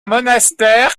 monastère